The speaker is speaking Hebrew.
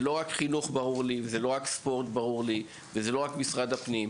ברור לי שזה לא רק חינוך ולא רק ספורט ולא רק משרד הפנים,